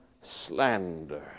slander